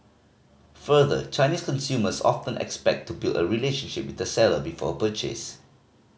further Chinese consumers often expect to build a relationship with the seller before a purchase